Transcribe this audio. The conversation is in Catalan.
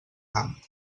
camp